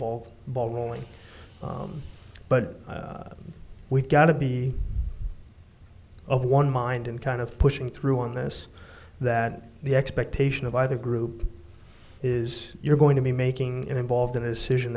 ball ball rolling but we've got to be of one mind and kind of pushing through on this that the expectation of either group is you're going to be making involved in a situation